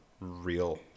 real